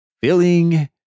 feeling